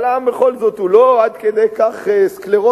אבל העם בכל זאת הוא לא עד כדי כך סקלרוטי,